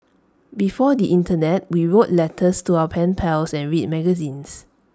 before the Internet we wrote letters to our pen pals and read magazines